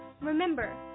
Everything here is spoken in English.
Remember